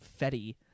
Fetty